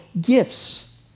gifts